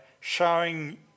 showing